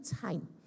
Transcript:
time